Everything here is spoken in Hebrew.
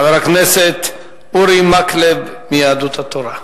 חבר הכנסת אורי מקלב מיהדות התורה.